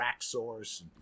TrackSource